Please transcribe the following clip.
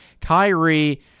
Kyrie